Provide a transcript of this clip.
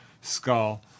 skull